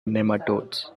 nematodes